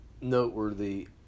noteworthy